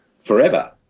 forever